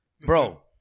Bro